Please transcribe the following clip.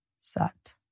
sat